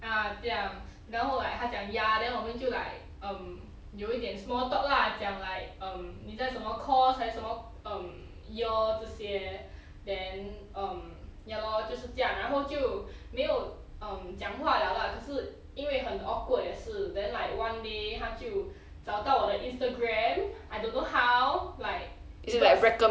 ah 这样然后 like 他讲 ya then 我们就 like um 有一点 small talk lah 讲 like 你在什么 course 还是什么 um year 这些 then um ya lor 就是这样然后就没有 um 讲话了 lah 可是因为很 awkward 也是 then like one day 他就找到我的 instagram I don't know how like he got